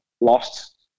lost